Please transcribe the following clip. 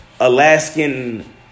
Alaskan